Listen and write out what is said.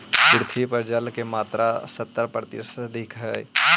पृथ्वी पर जल के मात्रा सत्तर प्रतिशत से अधिक हई